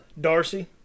Darcy